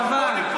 חבל.